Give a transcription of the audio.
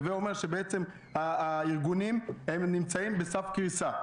הווה אומר שבעצם הארגונים נמצאים על סף קריסה.